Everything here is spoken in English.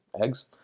eggs